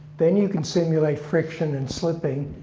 then you can simulate friction and slipping,